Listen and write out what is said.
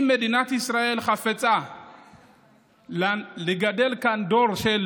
אם מדינת ישראל חפצה לגדל כאן דור של